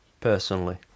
personally